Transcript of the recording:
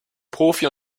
profi